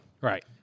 Right